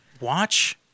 Watch